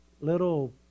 little